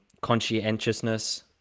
conscientiousness